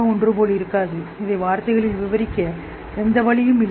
இது வார்த்தைகளில் விவரிக்க எந்த வழியும் இல்லை